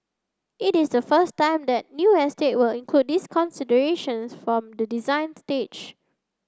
it is the first time that new estate will include these considerations from the design stage